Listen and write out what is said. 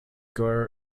core